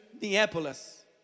Neapolis